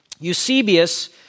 Eusebius